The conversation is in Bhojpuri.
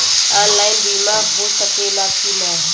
ऑनलाइन बीमा हो सकेला की ना?